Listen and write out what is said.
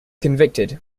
convicted